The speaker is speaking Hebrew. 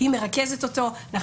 שנמצאת פה איתי,